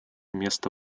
места